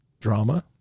drama